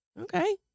Okay